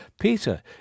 Peter